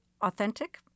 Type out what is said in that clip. authentic